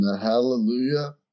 Hallelujah